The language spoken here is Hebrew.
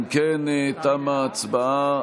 אם כן, תמה ההצבעה.